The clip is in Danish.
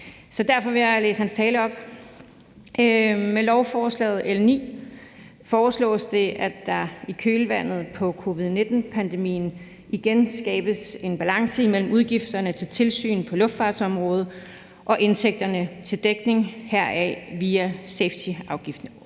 derfor vil jeg læse hans tale op. Med lovforslaget L 9 foreslås det, at der i kølvandet på covid-19-pandemien igen skabes en balance imellem udgifterne til tilsynet på luftfartsområdet og indtægterne til dækningen heraf via safetyafgiftsordningen.